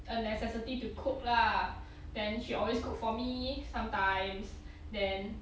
a necessity to cook lah then she always cook for me sometimes then